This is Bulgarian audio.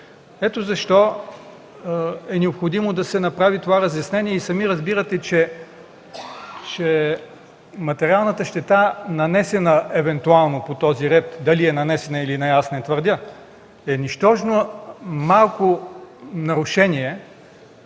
Ето защо е необходимо да се направи това разяснение. Сами разбирате, че материалната щета, нанесена евентуално по този ред – дали е нанесена, или не, аз не твърдя – е нищожно малко нарушение